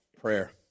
prayer